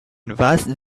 vaste